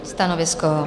Stanovisko?